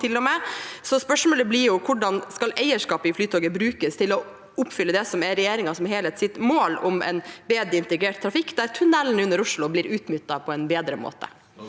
Spørsmålet blir: Hvordan skal eierskapet i Flytoget brukes til å oppfylle det som er regjeringen som helhet sitt mål om en bedre integrert trafikk, der tunnelen under Oslo blir utnyttet på en bedre måte?